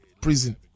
prison